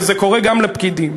וזה קורה גם לפקידים.